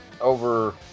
over